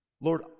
Lord